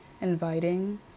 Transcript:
inviting